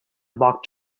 mock